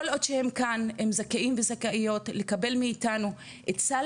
כל עוד שהם כאן הם זכאים וזכאיות לקבל מאיתנו את סל